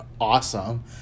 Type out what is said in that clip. awesome